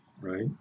right